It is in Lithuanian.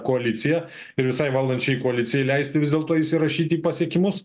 koaliciją ir visai valdančiai koalicijai leisti vis dėlto įsirašyti pasiekimus